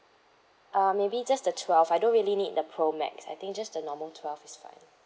um maybe just the twelve I don't really need the pro max I think just a normal twelve is fine